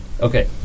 Okay